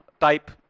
type